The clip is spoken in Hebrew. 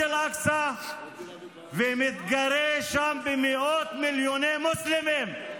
אל-אקצא ומתגרה שם במאות מיליוני מוסלמים.